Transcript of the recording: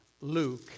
Luke